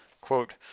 quote